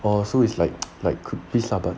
oh so it's like like priest lah but